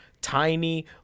tiny